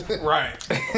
Right